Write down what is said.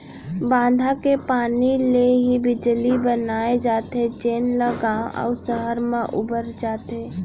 बांधा के पानी ले ही बिजली बनाए जाथे जेन ल गाँव अउ सहर म बउरे जाथे